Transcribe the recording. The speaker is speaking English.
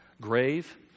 grave